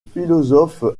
philosophe